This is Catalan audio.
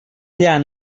llana